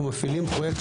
אנחנו מפעילים פרויקט,